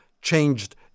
changed